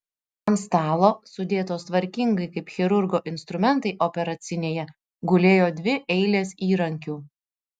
ant stalo sudėtos tvarkingai kaip chirurgo instrumentai operacinėje gulėjo dvi eilės įrankių